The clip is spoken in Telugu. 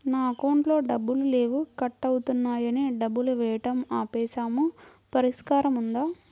నా అకౌంట్లో డబ్బులు లేవు కట్ అవుతున్నాయని డబ్బులు వేయటం ఆపేసాము పరిష్కారం ఉందా?